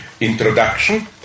introduction